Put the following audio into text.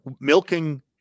milking